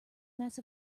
mass